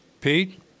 Pete